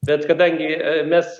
bet kadangi mes